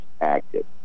active